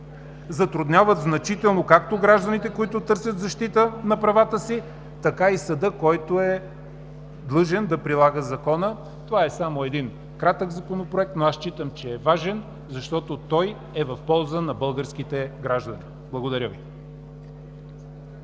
затрудняват значително както гражданите, които търсят защита на правата си, така и съда, който е длъжен да прилага Закона. Това е само един кратък Законопроект, но аз считам, че е важен, защото той е в полза на българските граждани. Благодаря Ви.